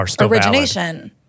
origination